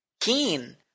Keen